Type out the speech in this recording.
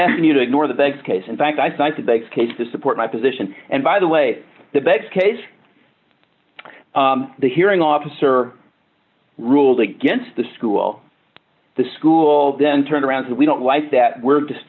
asking you to ignore that case in fact i think the big case to support my position and by the way the best case the hearing officer ruled against the school the school then turned around so we don't like that we're just